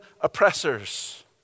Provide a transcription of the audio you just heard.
oppressors